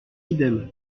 idem